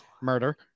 Murder